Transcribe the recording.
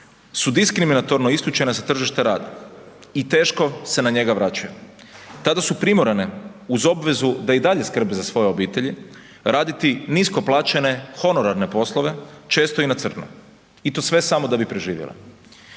su diskriminatorno isključena sa tržišta rada i teško se na njega vraćaju. Tada su primorane uz obvezu da i dalje skrbe za svoje obitelji raditi nisko plaćene honorarne poslove često i na crno i to sve samo da bi preživjele.